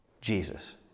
Jesus